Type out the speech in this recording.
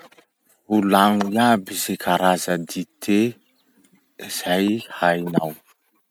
Volagno iaby ze karaza dite zay hainao.